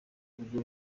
rwe